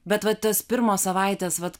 bet va tas pirmos savaitės vat